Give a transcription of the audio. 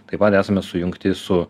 taip pat esame sujungti su